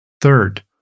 Third